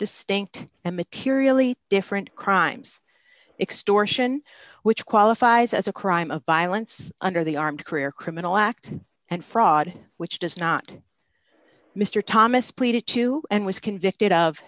distinct and materially different crimes extortion which qualifies as a crime of violence under the armed career criminal act and fraud which does not mister thomas pleaded to and was convicted of